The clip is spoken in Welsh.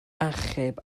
achub